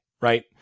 right